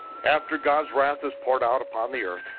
after god's wrath has poured out upon the earth,